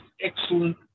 excellent